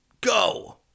Go